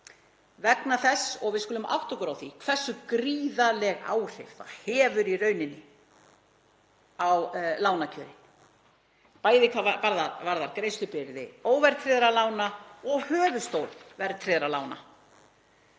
vegna þess og við skulum átta okkur á því hversu gríðarleg áhrif það hefur í rauninni á lánakjörin, bæði hvað varðar greiðslubyrði óverðtryggðra lána og höfuðstól verðtryggðra lána.